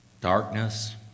darkness